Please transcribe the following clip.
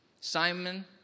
Simon